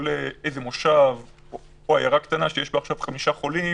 איזה מושב או עיירה קטנה שיש בה עכשיו חמישה חולים,